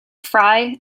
frye